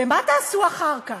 מה תעשו אחר כך?